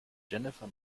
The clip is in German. jennifer